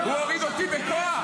הוא הוריד אותי בכוח.